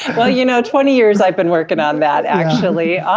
well, you know, twenty years i've been working on that actually. ah